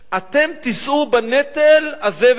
תישאו בנטל הזה והזה.